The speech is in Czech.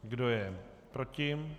Kdo je proti?